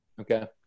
Okay